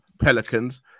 Pelicans